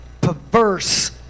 perverse